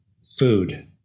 Food